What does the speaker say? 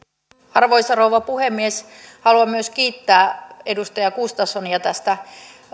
arvoisa rouva puhemies haluan myös kiittää edustaja gustafssonia tästä